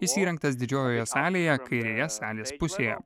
jis įrengtas didžiojoje salėje kairėje salės pusėje